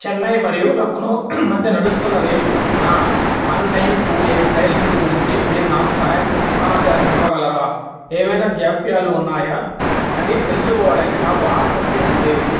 చెన్నై మరియు లక్నో మధ్య నడుస్తున్న రేపు నా one nine two eight rail స్థితి గురించి మీరు నాకు సహాయం సమాచారం ఇవ్వగలరా ఏమైనా జాప్యాలు ఉన్నాయా అని తెలుసుకోవడానికి నాకు ఆసక్తి ఉంది